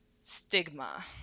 stigma